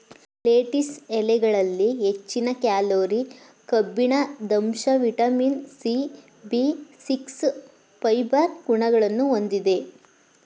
lettuce ಎಲೆಗಳಲ್ಲಿ ಹೆಚ್ಚಿನ calorie, ಕಬ್ಬಿಣದಂಶ, vitamin C, B six, fibre ಗುಣಗಳನ್ನು ಹೊಂದಿದೆ